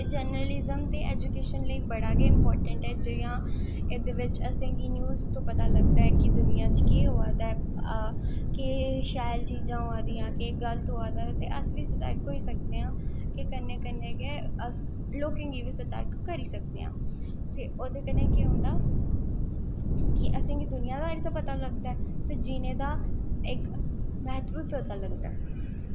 एह् जर्नलिज़म दे न्यूज़ लेई बड़ा गै जरूरी ऐ जियां एह्दे बिच्च असेंगी न्यूज़ तो पता लगदा ऐ कि दुनियां च केह् होआ दा ऐ केह् शैल चीज़ां होआ दियां केह् गल्त होआ दा ते अस बी सतर्क होई सकदे आं कन्नै कन्नै गै अस लोकें गी बी सतर्क करी सकदे हां ते ओह्दे कन्नै केह् होंदा ते असेंगी दुनियां दारी दा पता लगदा ऐ ते जीनें दा म्ह्त्तव पता लगदा ऐ